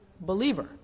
believer